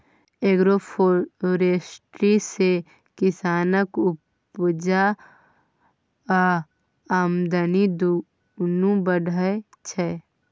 agroforestry सँ किसानक उपजा आ आमदनी दुनु बढ़य छै